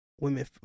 women